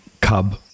cub